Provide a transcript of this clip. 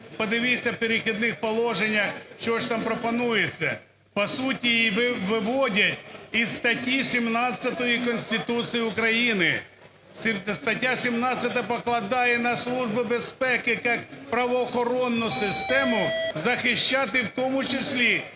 Подивіться в "Перехідних положеннях" що ж там пропонується. По суті виводять із статті 17 Конституції України. Стаття 17 покладає на Службу безпеки як правоохоронну систему захищати в тому числі